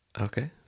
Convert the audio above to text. Okay